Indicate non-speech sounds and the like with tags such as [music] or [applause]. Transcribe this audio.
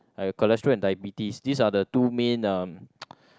uh cholesterol and diabetes these are the two main uh [noise]